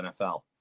NFL